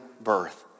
birth